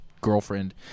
girlfriend